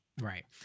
right